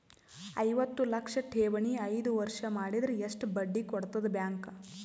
ಐವತ್ತು ಲಕ್ಷ ಠೇವಣಿ ಐದು ವರ್ಷ ಮಾಡಿದರ ಎಷ್ಟ ಬಡ್ಡಿ ಕೊಡತದ ಬ್ಯಾಂಕ್?